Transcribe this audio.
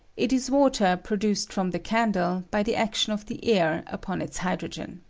it is water produced from the candle by the action of the air upon its hydrogen.